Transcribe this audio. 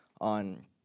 on